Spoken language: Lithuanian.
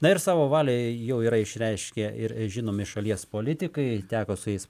na ir savo valią jau yra išreiškę ir žinomi šalies politikai teko su jais